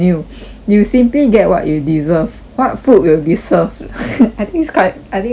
you simply get what you deserve what food will be served I think this quite I think this [one] quite fun